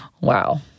Wow